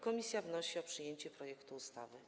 Komisja wnosi o przyjęcie projektu ustawy.